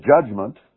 judgment